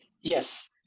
Yes